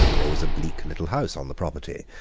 there was a bleak little house on the property,